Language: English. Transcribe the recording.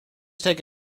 take